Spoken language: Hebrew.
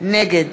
נגד